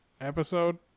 episode